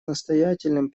настоятельным